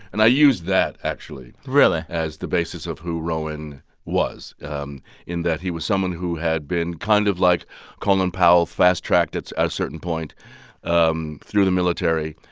and i used that actually. really. as the basis of who rowan was um in that he was someone who had been kind of like colin powell, fast-tracked at a certain point um through the military,